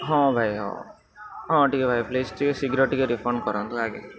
ହଁ ଭାଇ ହଁ ହଁ ଟିକେ ଭାଇ ପ୍ଲିଜ୍ ଟିକେ ଶୀଘ୍ର ଟିକେ ରିଫଣ୍ଡ କରନ୍ତୁ ଆଜ୍ଞା